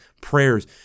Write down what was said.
prayers